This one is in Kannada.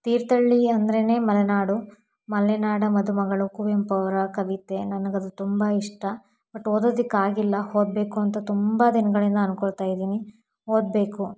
ತೀರ್ಥಳ್ಳಿ ಅಂದ್ರೇ ಮಲೆನಾಡು ಮಲೆನಾಡ ಮದುಮಗಳು ಕುವೆಂಪು ಅವರ ಕವಿತೆ ನನಗದು ತುಂಬ ಇಷ್ಟ ಬಟ್ ಓದೋದಿಕ್ಕೆ ಆಗಿಲ್ಲ ಓದ್ಬೇಕು ಅಂತ ತುಂಬ ದಿನಗಳಿಂದ ಅಂದುಕೊಳ್ತಾ ಇದ್ದೀನಿ ಓದಬೇಕು